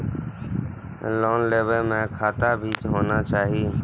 Loan लेबे में खाता भी होना चाहि?